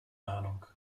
ahnung